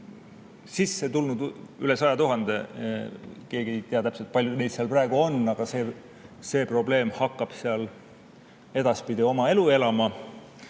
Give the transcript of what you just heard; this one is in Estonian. Sisse on tulnud üle 100 000 [venelase], keegi ei tea täpselt, kui palju neid seal praegu on. Aga see probleem hakkab seal edaspidi oma elu elama. Ja